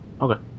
okay